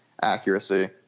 accuracy